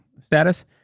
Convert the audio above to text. status